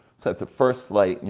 at the first light,